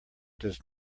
does